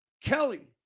Kelly